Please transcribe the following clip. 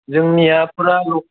जोंनिआ फुरा